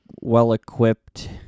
well-equipped